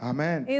Amen